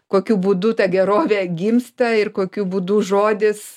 kokiu būdu ta gerovė gimsta ir kokiu būdu žodis